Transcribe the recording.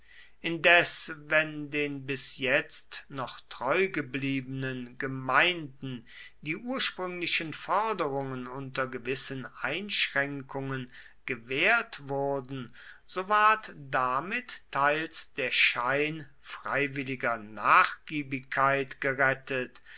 indes wenn den bis jetzt noch treugebliebenen gemeinden die ursprünglichen forderungen unter gewissen einschränkungen gewährt wurden so ward damit teils der schein freiwilliger nachgiebigkeit gerettet